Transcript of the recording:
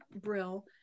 Brill